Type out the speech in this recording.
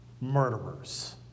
murderers